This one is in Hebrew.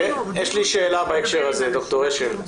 יש לי שאלה בהקשר הזה, ד"ר אשל.